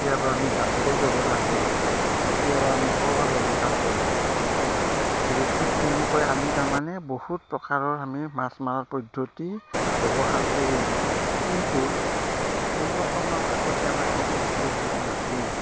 কেতিয়াবা আমি জাকৈ ব্যৱহাৰ কৰোঁ কেতিয়াবা আমি পল ব্যৱহাৰ কৰোঁ গতিকে ঠিক তেনেকৈ আমি তাৰমানে বহুত প্ৰকাৰৰ আমি মাছ মাৰাৰ পদ্ধতি ব্যৱহাৰ কৰোঁ কিন্তু কেইবছৰমান আগতে আমাৰ এইবিলাক পদ্ধতি নাছিল